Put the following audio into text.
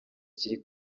kiri